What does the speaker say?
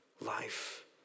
life